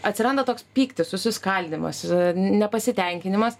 atsiranda toks pyktis susiskaldymas nepasitenkinimas